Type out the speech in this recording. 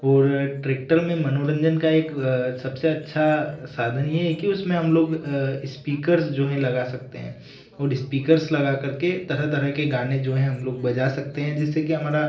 और ट्रैक्टर में मनोरंजन का एक सबसे अच्छा साधन यह है कि उसमें हम लोग स्पीकर्स जो है लगा सकते हैं और स्पीकर्स लगा कर के तरह तरह के गानें जो हैं हम लोग बजा सकते हैं जिससे कि हमारा